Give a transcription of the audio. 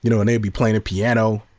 you know and they'd be playing a piano.